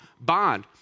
bond